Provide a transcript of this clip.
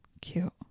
Cute